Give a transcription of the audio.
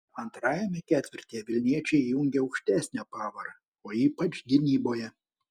antrajame ketvirtyje vilniečiai įjungė aukštesnę pavarą o ypač gynyboje